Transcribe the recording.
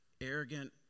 arrogant